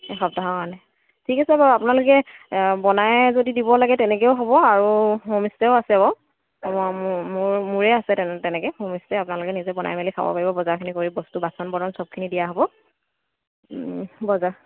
এসপ্তাহৰ কাৰণে ঠিক আছে বাৰু আপোনালোকে বনাই যদি দিব লাগে তেনেকৈও হ'ব আৰু হোমইষ্টেও আছে বাৰু তাৰপৰা মোৰে আছে তেনেকৈ হোমইষ্টে আপোনালোকে নিজেই বনাই মেলি খাব পাৰিব বজাৰখিনি কৰি বস্তু বাচন বৰ্তন চবখিনি দিয়া হ'ব বজাৰ